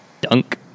Dunk